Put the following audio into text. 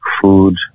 food